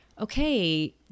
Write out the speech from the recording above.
okay